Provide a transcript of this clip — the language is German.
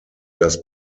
das